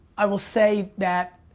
i will say that